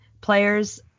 players